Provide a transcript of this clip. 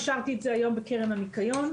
אישרתי את זה היום בקרן הניקיון,